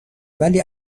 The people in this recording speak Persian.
ولی